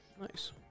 Nice